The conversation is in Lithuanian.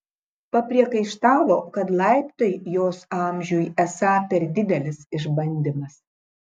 papriekaištavo kad laiptai jos amžiui esą per didelis išbandymas